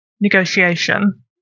negotiation